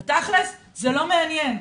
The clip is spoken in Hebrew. בתכל'ס, זה לא מעניין.